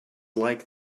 like